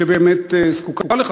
שבאמת זקוקה לכך.